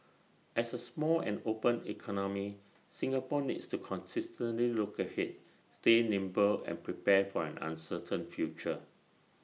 as A small and open economy Singapore needs to consistently look ahead stay nimble and prepare for an uncertain future